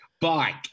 Bike